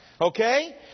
Okay